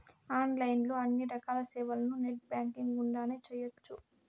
online లో అన్ని రకాల సేవలను నెట్ బ్యాంకింగ్ గుండానే చేయ్యొచ్చు